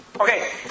Okay